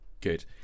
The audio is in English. good